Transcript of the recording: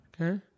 Okay